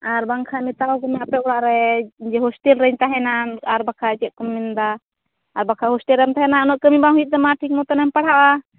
ᱟᱨ ᱵᱟᱝᱠᱷᱟᱱ ᱢᱮᱛᱟᱣᱟᱠᱚ ᱢᱮ ᱟᱯᱮ ᱚᱲᱟᱜ ᱨᱮ ᱡᱮ ᱦᱳᱥᱴᱮᱹᱞ ᱨᱮᱧ ᱛᱟᱦᱮᱱᱟ ᱟᱨ ᱵᱟᱠᱷᱟᱱ ᱪᱮᱫ ᱠᱚ ᱢᱮᱱᱮᱫᱟ ᱟᱨ ᱵᱟᱠᱷᱟᱱ ᱦᱳᱥᱴᱮᱹᱞ ᱨᱮᱢ ᱛᱟᱦᱮᱱᱟ ᱩᱱᱟᱹᱜ ᱠᱟᱹᱢᱤ ᱵᱟᱝ ᱦᱩᱭᱩᱜ ᱛᱟᱢᱟ ᱴᱷᱤᱠ ᱢᱚᱛᱚᱱᱮᱢ ᱯᱟᱲᱦᱟᱜᱼᱟ